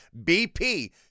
BP